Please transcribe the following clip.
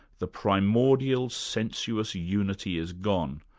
the primordial, sensuous unity is gone.